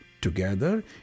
Together